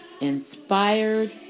inspired